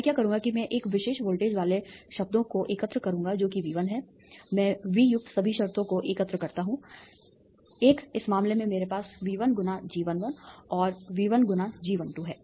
मैं क्या करूंगा कि मैं एक विशेष वोल्टेज वाले शब्दों को एकत्र करूंगा जो कि V1 है मैं V युक्त सभी शर्तों को एकत्र करता हूं 1 इस मामले में मेरे पास V1 × G11 और V1 × G12 है